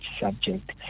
subject